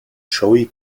joey